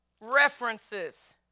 references